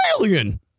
alien